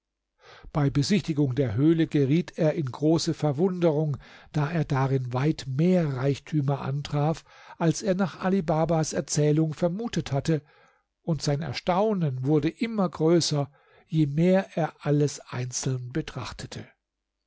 bei besichtigung der höhle geriet er in große verwunderung da er darin weit mehr reichtümer antraf als er nach ali babas erzählung vermutet hatte und sein erstaunen wurde immer größer je mehr er alles einzeln betrachtete